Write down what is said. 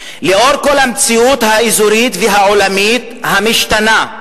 לאור כל המציאות האזורית והעולמית המשתנה,